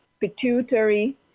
pituitary